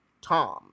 Tom